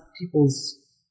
people's